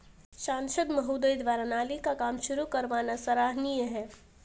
सांसद महोदय द्वारा नाली का काम शुरू करवाना सराहनीय है